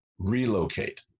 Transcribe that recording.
relocate